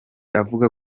avuga